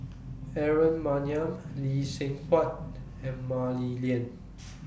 Aaron Maniam Lee Seng Huat and Mah Li Lian